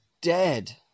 dead